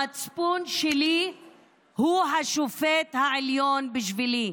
המצפון שלי הוא השופט העליון בשבילי.